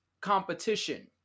competition